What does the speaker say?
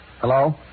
Hello